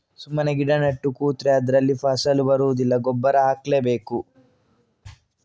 ಸುಮ್ಮನೆ ಗಿಡ ನೆಟ್ಟು ಕೂತ್ರೆ ಅದ್ರಲ್ಲಿ ಫಸಲು ಬರುದಿಲ್ಲ ಗೊಬ್ಬರ ಹಾಕ್ಲೇ ಬೇಕು